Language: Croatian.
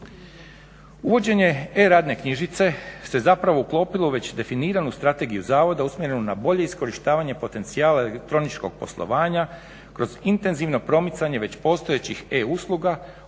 Uvođenje e-radne knjižice se zapravo uklopilo u već definiranu strategiju zavoda usmjerenu na bolje iskorištavanje potencijala elektroničkog poslovanja kroz intenzivno promicanje već postojećih e-usluga, odnosno